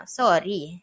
sorry